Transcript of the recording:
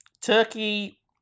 turkey